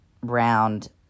round